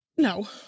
No